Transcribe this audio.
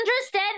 interested